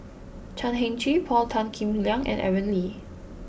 Chan Heng Chee Paul Tan Kim Liang and Aaron Lee